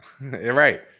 Right